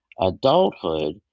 adulthood